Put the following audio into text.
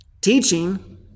Teaching